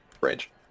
range